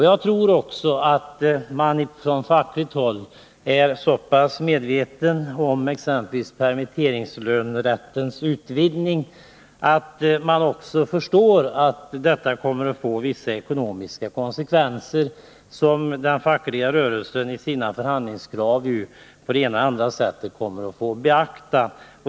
Jag tror att man även på fackligt håll är så väl medveten om exempelvis permitteringslönerättens utvidgning att man också där förstår att detta kommer att få vissa ekonomiska konsekvenser, som den fackliga rörelsen i sina förhandlingskrav på det ena eller det andra sättet kommer att få beakta.